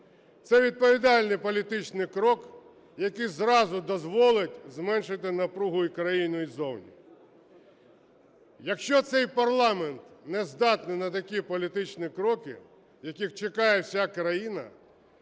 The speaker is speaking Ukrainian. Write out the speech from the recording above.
Це відповідальний політичний крок, який зразу дозволить зменшити напругу і в країні, і зовні. Якщо цей парламент не здатний на такі політичні кроки, яких чекає вся країна,